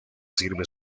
sirve